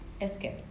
Escape